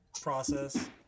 process